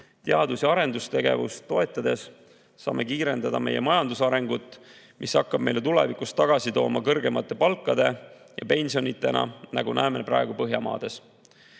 Teadus- ja arendustegevust toetades saame kiirendada meie majanduse arengut, mis hakkab meile tulevikus tagasi tooma kõrgemate palkade ja pensionidena, nagu näeme praegu Põhjamaades. Need